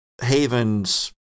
Haven's